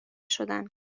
شدند